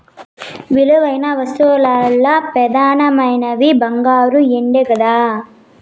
విలువైన వస్తువుల్ల పెదానమైనవి బంగారు, ఎండే కదా